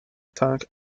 tank